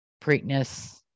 Preakness